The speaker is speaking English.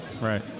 Right